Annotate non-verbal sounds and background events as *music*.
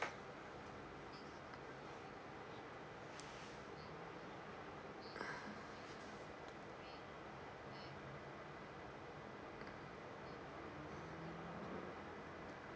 *breath*